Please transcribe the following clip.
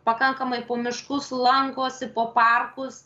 pakankamai po miškus lankosi po parkus